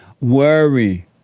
worry